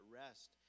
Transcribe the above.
rest